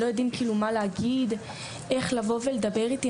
הם לא יודעים מה להגיד, איך לבוא ולדבר איתי.